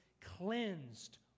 cleansed